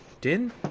Din